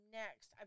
next